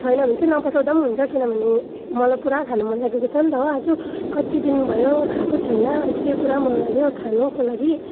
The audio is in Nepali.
छैन भने चाहिँ नपठाउँदा पनि हुन्छ किनभने मलाई पुरा खानु मन लागेको छ नि त आज कति दिन भयो खाएको छैन जो चाहिँ पुरा मन लाग्यो खानुको लागि